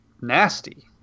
nasty